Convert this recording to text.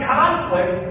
conflict